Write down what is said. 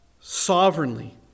sovereignly